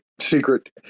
Secret